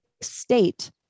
state